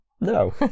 no